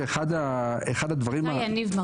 אתה יניב,